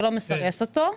ולא מסרס אותו.